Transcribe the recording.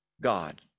God